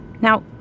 Now